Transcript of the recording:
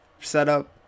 setup